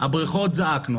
הבריכות זעקנו,